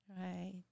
Right